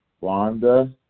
Wanda